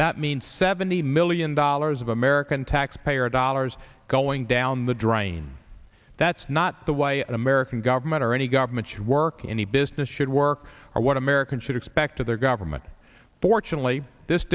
that mean seventy million dollars of american taxpayer dollars going down the drain that's not the way an american government or any government should work any business should work or what americans should expect of their government fortunately this